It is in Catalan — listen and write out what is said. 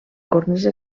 cornisa